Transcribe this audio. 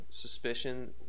suspicion